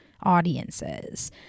audiences